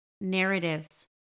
narratives